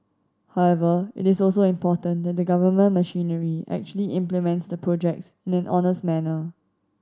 however it is also important that the government machinery actually implements the projects in an honest manner